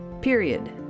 period